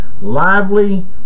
lively